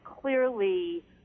clearly